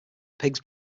pigs